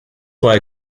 why